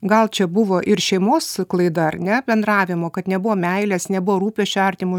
gal čia buvo ir šeimos klaida ar ne bendravimo kad nebuvo meilės nebuvo rūpesčio artimu